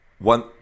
One